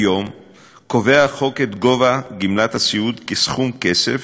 כיום קובע החוק את גובה גמלת הסיעוד כסכום כסף